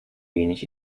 wenig